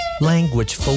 Language